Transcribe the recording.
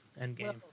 Endgame